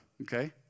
okay